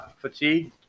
fatigue